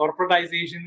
corporatization